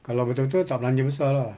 kalau betul betul tak belanja besar lah